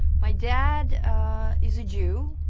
my, dad is a. jew,